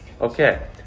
okay